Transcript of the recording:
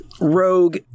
Rogue